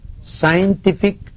scientific